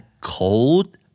cold